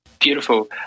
beautiful